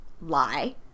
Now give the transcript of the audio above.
lie